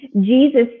Jesus